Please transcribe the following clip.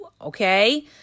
Okay